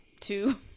Two